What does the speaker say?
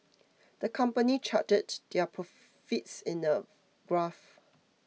the company charted their profits in a graph